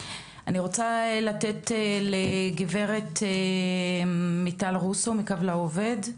אני רוצה לתת את זכות הדיבור לגברת מיטל רוסו מ"קו לעובד",